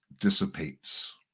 dissipates